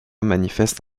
manifeste